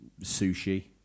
sushi